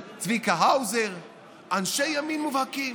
צביקה האוזר, אנשי ימין מובהקים.